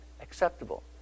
Acceptable